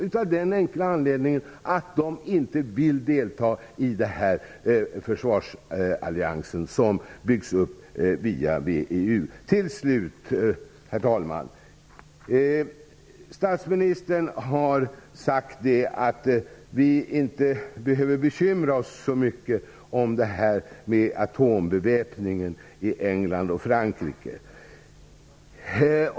Jo, av den enkla anledningen att de inte vill delta i den försvarsallians som byggs upp via VEU. Herr talman! Statsministern har sagt att vi inte behöver bekymra oss så mycket om atombeväpningen i England och Frankrike.